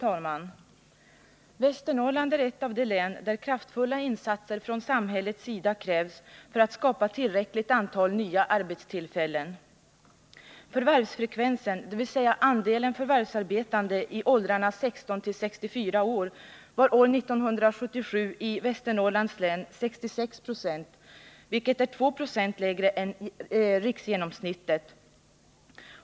Fru talman! Västernorrland är ett av de län där kraftfulla insatser från samhällets sida krävs för att skapa tillräckligt antal nya arbetstillfällen. Förvärvsfrekvensen, dvs. andelen förvärvsarbetande i åldrarna 16-64 år, var år 1977 i Västernorrlands län 66 96, vilket är två procent lägre än riksgenomsnittet.